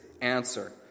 answer